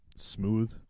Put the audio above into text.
smooth